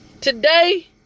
Today